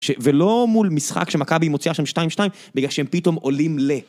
ולא מול משחק שמכבי מוציאה שם 2-2, בגלל שהם פתאום עולים ל.